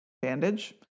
Bandage